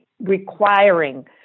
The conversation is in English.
requiring